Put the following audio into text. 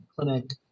clinic